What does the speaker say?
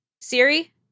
Siri